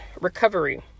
Recovery